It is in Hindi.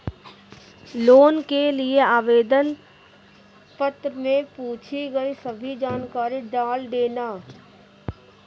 लोन के लिए आवेदन पत्र में पूछी गई सभी जानकारी डाल देना